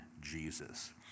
Jesus